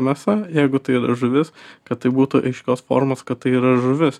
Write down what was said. mėsa jeigu tai žuvis kad tai būtų aiškios formos kad tai yra žuvis